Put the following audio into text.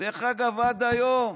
דרך אגב, עד היום